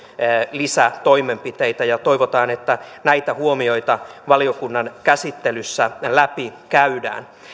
lisätoimenpiteitä toivotaan että näitä huomioita valiokunnan käsittelyssä läpikäydään